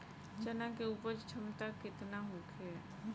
चना के उपज क्षमता केतना होखे?